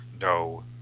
no